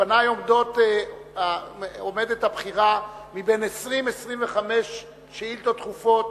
בפני עומדת הבחירה מבין 20 25 שאילתות דחופות,